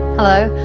hello.